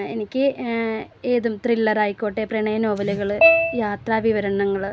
എനിക്ക് ഏതും ത്രില്ലറായിക്കോട്ടെ പ്രണയ നോവലുകൾ യാത്രാവിവരണങ്ങൾ